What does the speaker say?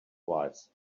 twice